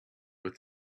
but